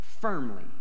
firmly